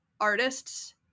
artists